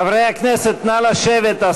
חברי הכנסת, נא לשבת.